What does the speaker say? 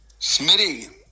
Smitty